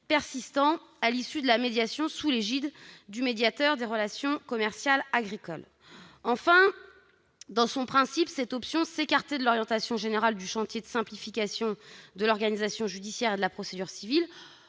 persistant à l'issue de la médiation engagée sous l'égide du médiateur des relations commerciales agricoles. Enfin, dans son principe, une telle option s'écartait de l'orientation générale du chantier de simplification de l'organisation judiciaire et de la procédure civile